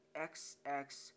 XX